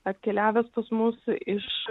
atkeliavęs pas mus iš